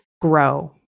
grow